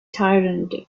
tyrant